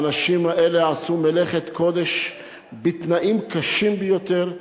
האנשים האלה עשו מלאכת קודש בתנאים קשים ביותר,